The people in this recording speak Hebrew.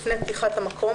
לפני פתיחת המקום,